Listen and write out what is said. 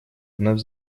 вновь